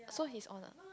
so he's on ah